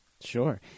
sure